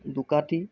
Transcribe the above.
Ducati